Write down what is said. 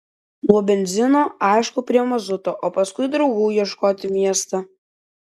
nuo benzino aišku prie mazuto o paskui draugų ieškot į miestą